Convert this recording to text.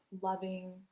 loving